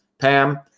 Pam